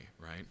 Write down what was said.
right